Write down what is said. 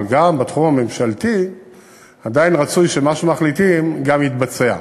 אבל גם בתחום הממשלתי עדיין רצוי שמה שמחליטים גם יתבצע.